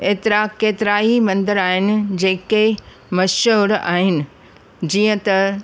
एतिरा केतिरा ई मंदर आहिनि जेके मशहूरु आहिनि जीअं त